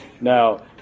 Now